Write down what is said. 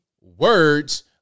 words